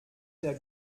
der